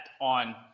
on